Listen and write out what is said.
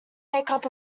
makeup